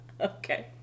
Okay